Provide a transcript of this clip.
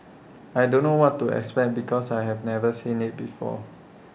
I don't know what to expect because I have never seen IT before